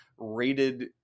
Rated